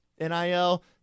NIL